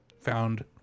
found